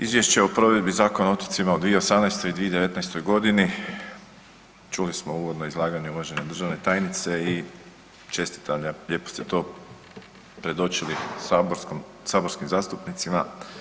Izvješće o provedbi Zakona o otocima u 2018. i 2019.g. čuli smo u uvodnom izlaganju uvažene državne tajnice i čestitam lijepo ste to predočili saborskim zastupnicima.